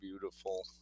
beautiful